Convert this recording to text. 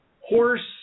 horse